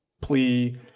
plea